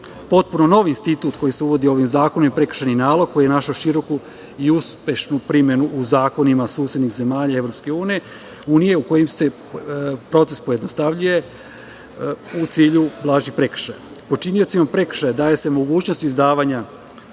novi institut koji se uvodi ovim zakonom je prekršajni nalog, koji je našao široku i uspešnu primenu u zakonima u susednim zemljama EU, u kojima se proces pojednostavljuje u cilju blažih prekršaja. Počiniocima prekršaja daje se mogućnost izdavanja